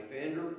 offender